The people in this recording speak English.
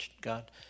God